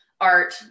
art